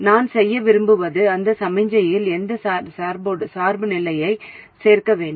நான் செய்ய விரும்புவது அந்த சமிக்ஞையில் இந்த சார்புநிலையைச் சேர்க்க வேண்டும்